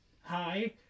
Hi